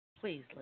Please